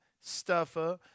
stuffer